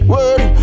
Word